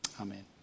Amen